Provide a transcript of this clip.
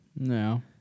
No